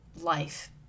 life